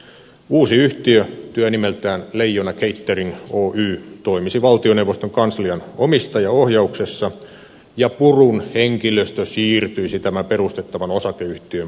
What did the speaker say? uusi yhtiö työnimeltään leijona catering oy toimisi valtioneuvoston kanslian omistajaohjauksessa ja purun henkilöstö siirtyisi tämän perustettavan osakeyhtiön palvelukseen